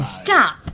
Stop